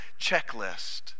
checklist